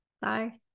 Bye